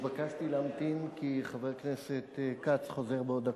התבקשתי להמתין, כי חבר הכנסת כץ חוזר בעוד דקה.